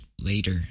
later